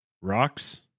rocks